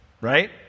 right